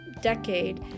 decade